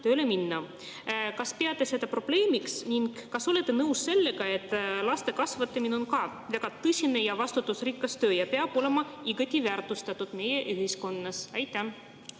Kas peate seda probleemiks ning kas olete nõus sellega, et laste kasvatamine on ka väga tõsine ja vastutusrikas töö ja peab olema igati väärtustatud meie ühiskonnas?